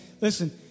listen